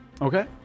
Okay